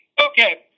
Okay